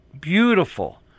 beautiful